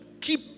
Keep